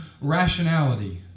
rationality